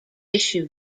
issue